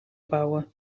bouwen